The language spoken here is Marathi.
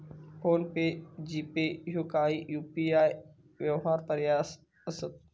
फोन पे, जी.पे ह्यो काही यू.पी.आय व्यवहार पर्याय असत